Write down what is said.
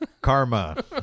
karma